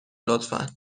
لطفا